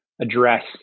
address